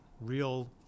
real